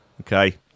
Okay